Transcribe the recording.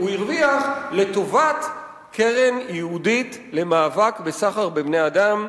הרוויח לטובת קרן ייעודית למאבק בסחר בבני-אדם,